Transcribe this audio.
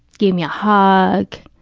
gave me a hug,